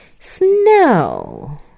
Snow